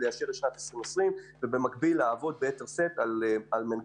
לאשר את שנת 2020 ובמקביל לדחוף את התפתחות מנגנוני